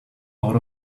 out